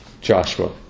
Joshua